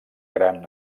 gran